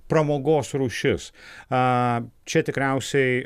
pramogos rūšis a čia tikriausiai